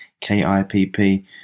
K-I-P-P